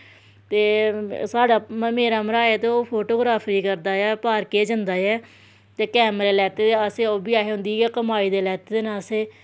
ते साढ़ा मतलब मेरा मरहाज ऐ ते ओह् फोटोग्राफरी करदा ऐ पार्के च जंदा ऐ ते कैमरे लैत्ते दे असें ओह् बी असें उं'दे गै कमाई दे लैत्ते दे न असें